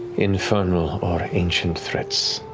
infernal or ancient threats.